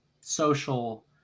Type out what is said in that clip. social